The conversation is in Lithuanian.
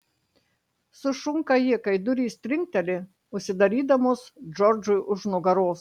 sušunka ji kai durys trinkteli užsidarydamos džordžui už nugaros